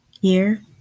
year